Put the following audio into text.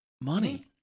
money